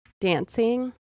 dancing